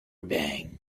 bang